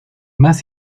más